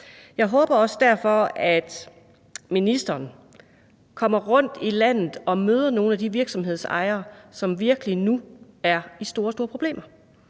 Jeg håber derfor også, at ministeren kommer rundt i landet og møder nogle af de virksomhedsejere, som nu virkelig er i store, store problemer.